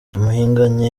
uwihanganye